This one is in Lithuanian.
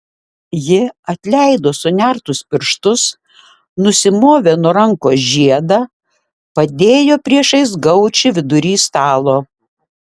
ji atleido sunertus pirštus nusimovė nuo rankos žiedą padėjo priešais gaučį vidury stalo